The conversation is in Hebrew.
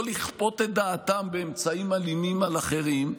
לא לכפות את דעתם באמצעים אלימים על אחרים,